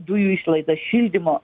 dujų išlaidas šildymo